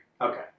Okay